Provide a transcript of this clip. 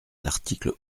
l’article